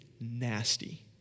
nasty